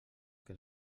que